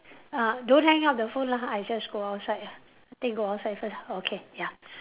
uh don't hang up the phone lah I just go outside ah think you go outside first ah okay ya